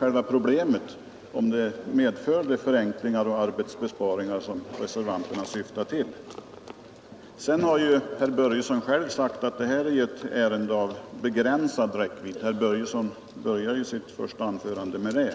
älva problemet, om systemet medför som eljest uppger boet. Det är ju sj de förenklingar och besparingar som reservanterna syftar till. Herr Börjesson har själv sagt att detta är ett ärende av begränsad räckvidd herr Börjesson började sitt första anförande med det.